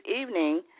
evening